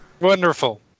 Wonderful